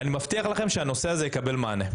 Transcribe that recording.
אני מבטיח לכם שהנושא הזה יקבל מענה.